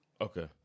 Okay